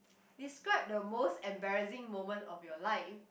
describe the most embarrassing moment of your life